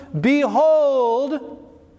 behold